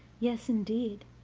yes, indeed,